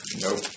Nope